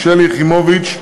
שלי יחימוביץ,